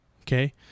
okay